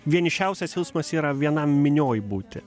vienišiausias jausmas yra vienam minioj būti